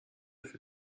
für